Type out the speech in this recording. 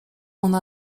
ona